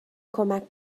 کمک